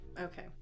Okay